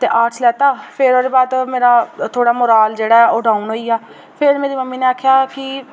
ते आर्ट्स लैता फिर ओह्दे बाद मेरा थोह्ड़ा मोरॉल जेह्ड़ा ऐ ओह् डाउन होइया फिर मेरी मम्मी ने आखेआ की